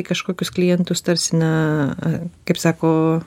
kažkokius klientus tarsi na kaip sako